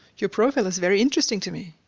your profile is very interesting to me.